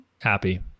Happy